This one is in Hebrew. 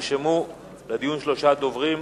נרשמו לדיון שלושה דוברים,